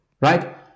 right